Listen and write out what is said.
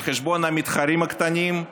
על חשבון המתחרים הקטנים,